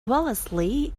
wellesley